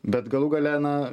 bet galų gale na